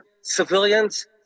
civilians